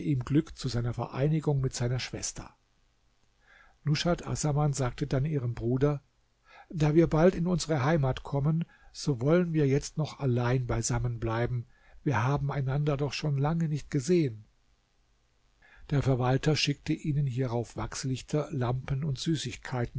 glück zu seiner vereinigung mit seiner schwester nushat assaman sagte dann ihrem bruder da wir bald in unsere heimat kommen so wollen wir jetzt noch allein beisammen bleiben wir haben einander doch schon lange nicht gesehen der verwalter schickte ihnen hierauf wachslichter lampen und süßigkeiten